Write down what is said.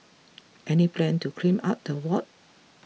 any plan to clean up the ward